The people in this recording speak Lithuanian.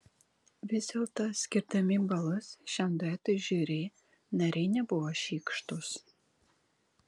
vis dėlto skirdami balus šiam duetui žiuri nariai nebuvo šykštūs